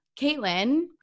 Caitlin